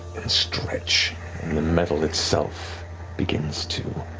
stretch and and metal itself begins to